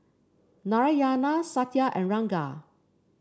Narayana Satya and Ranga